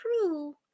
true